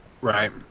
Right